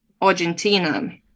Argentina